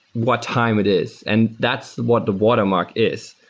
what time it is, and that's what the watermark is.